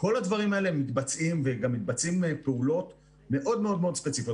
כל הדברים האלה מתבצעים וגם מתבצעות פעולות מאוד מאוד מספציפיות.